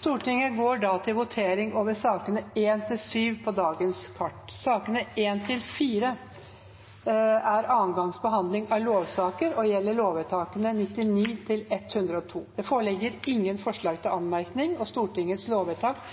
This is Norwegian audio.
Sakene nr. 8–11 var interpellasjoner. Stortinget går da til votering over sakene nr. 1–7 på dagens kart. Sakene nr. 1–4 er andre gangs behandling av lovsaker og gjelder lovvedtakene 99 til og med 102. Det foreligger ingen forslag til anmerkning. Stortingets lovvedtak